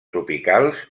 tropicals